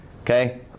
okay